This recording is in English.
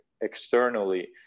externally